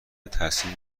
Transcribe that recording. تصمیم